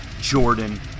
Jordan